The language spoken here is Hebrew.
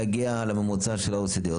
להגיע לממוצע של ה-OECD ,